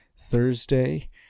Thursday